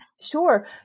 Sure